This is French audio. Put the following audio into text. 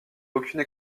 aucune